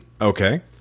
Okay